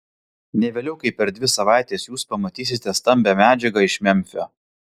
ne vėliau kaip per dvi savaites jūs pamatysite stambią medžiagą iš memfio